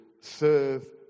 serve